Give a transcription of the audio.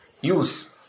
use